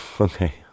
Okay